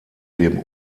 dem